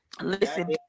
listen